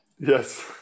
yes